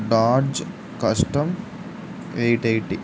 dodge custom eight eighty